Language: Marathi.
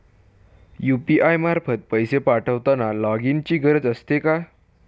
यु.पी.आय मार्फत पैसे पाठवताना लॉगइनची गरज असते का?